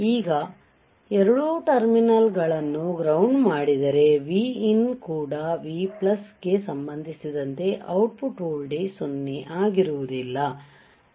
ಈಗ ಎರಡೂ ಟರ್ಮಿನಲ್ ಗಳನ್ನು ಗ್ರೌಂಡ್ ಮಾಡಿದರೆ Vin ಕೂಡ V ಪ್ಲಸ್ ಗೆ ಸಂಬಂಧಿಸಿದಂತೆ ಔಟ್ ಪುಟ್ ವೋಲ್ಟೇಜ್ 0 ಆಗಿರುವುದಿಲ್ಲ